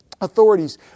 Authorities